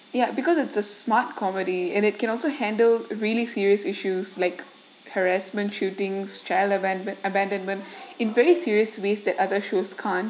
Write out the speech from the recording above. ya because it's a smart comedy and it can also handle really serious issues like harassment shootings child aban~ abandonment in very serious ways that other shows can't